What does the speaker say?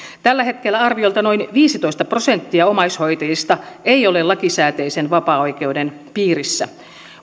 tällä hetkellä arviolta noin viisitoista prosenttia omaishoitajista ei ole lakisääteisen vapaaoikeuden piirissä